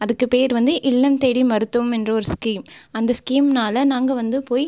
அதுக்கு பேர் வந்து இல்லம் தேடி மருத்துவம் என்ற ஒரு ஸ்கீம் அந்த ஸ்கீம்னால் நாங்கள் வந்து போய்